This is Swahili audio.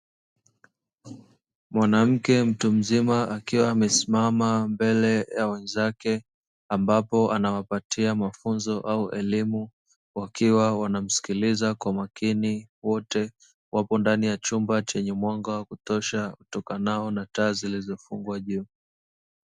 Mwanamke mtu mzima akiwa amesimama mbele ya wenzake ambapo anawapatia mafunzo au elimu; wakiwa wanamsikiliza kwa makini, wote wapo ndani ya chumba chenye mwanga wa kutosha utokanao na taaa zilizofungwa juu.